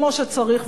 כמו שצריך,